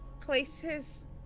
places